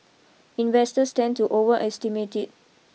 investors tend to overestimate it